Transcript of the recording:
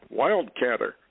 wildcatter